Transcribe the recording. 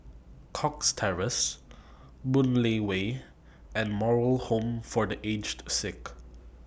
Cox Terrace Boon Lay Way and Moral Home For The Aged Sick